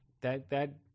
that—that